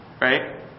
right